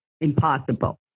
Impossible